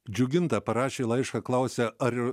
džiuginta parašė laišką klausia ar